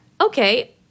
Okay